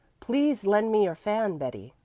please lend me your fan, betty,